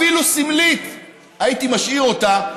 אפילו סמלית הייתי משאיר אותה,